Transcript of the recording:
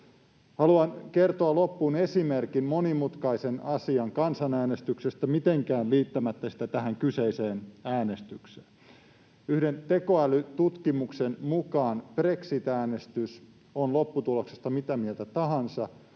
Haluan kertoa loppuun esimerkin monimutkaisen asian kansanäänestyksestä mitenkään liittämättä sitä tähän kyseiseen äänestykseen. Yhden tekoälytutkimuksen mukaan brexit-äänestys, on lopputuloksesta mitä mieltä tahansa,